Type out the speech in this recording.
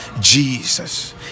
Jesus